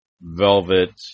velvet